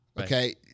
okay